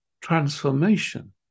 transformation